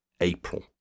April